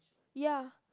ya